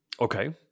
Okay